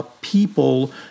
People